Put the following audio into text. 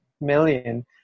million